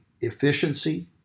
efficiency